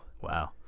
Wow